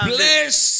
Bless